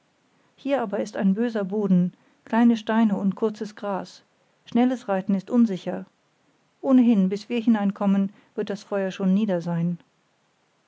hier aber ist ein böser boden kleine steine und kurzes gras schnelles reiten ist unsicher ohnehin bis wir hineinkommen wird das feuer schon nieder sein